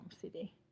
city